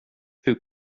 hur